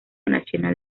nacional